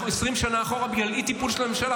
אנחנו 20 שנה אחורה בגלל אי-טיפול של הממשלה.